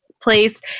place